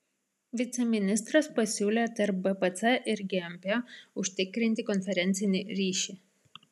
viceministras pasiūlė tarp bpc ir gmp užtikrinti konferencinį ryšį